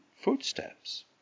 footsteps